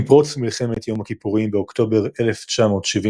עם פרוץ מלחמת יום הכיפורים באוקטובר 1973,